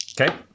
Okay